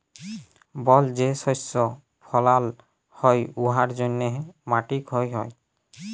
বল যে শস্য ফলাল হ্যয় উয়ার জ্যনহে মাটি ক্ষয় হ্যয়